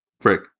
Frick